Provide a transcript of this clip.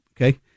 okay